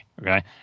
Okay